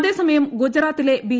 അതേസമയം ഗുജറാത്തിലെ ബി